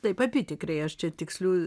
taip apytikriai aš čia tikslių